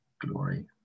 glory